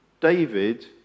David